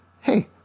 Hey